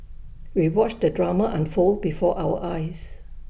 we watched the drama unfold before our eyes